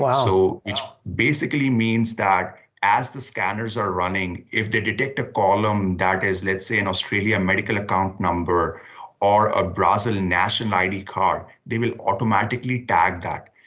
ah so it basically means that as the scanners are running, if they detect a column that is, let's say in australia medical account number a brazilian national id card, they will automatically tag that.